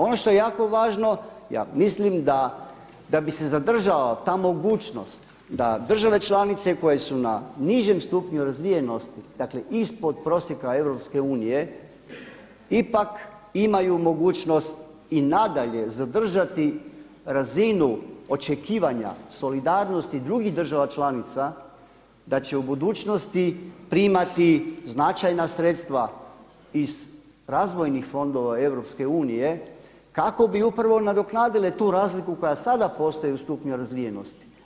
Ono što je jako važno, ja mislim da bi se zadržala ta mogućnost da države članice koje su na nižem stupnju razvijenosti, dakle ispod prosjeka EU ipak imaju mogućnost i nadalje zadržati razinu očekivanja solidarnosti drugih država članica da će u budućnosti primati značajna sredstva iz razvojnih fondova EU kako bi upravo nadoknadile tu razliku koja sada postoji u stupnju razvijenosti.